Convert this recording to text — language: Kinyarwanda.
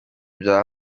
bya